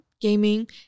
gaming